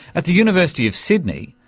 at the university of sydney,